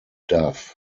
dove